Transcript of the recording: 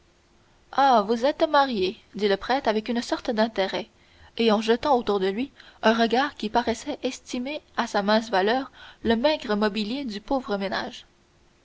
ah vous êtes marié dit le prêtre avec une sorte d'intérêt et en jetant autour de lui un regard qui paraissait estimer à sa mince valeur le maigre mobilier du pauvre ménage